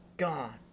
Gone